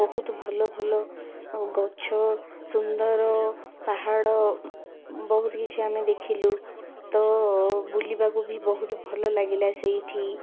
ବହୁତ ଭଲ ଭଲ ଗଛ ସୁନ୍ଦର ପାହାଡ଼ ବହୁତ କିଛି ଆମେ ଦେଖିଲୁ ତ ବୁଲିବାକୁ ବି ବହୁତ ଭଲ ଲାଗିଲା ସେଇଠି